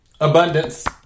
Abundance